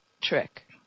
trick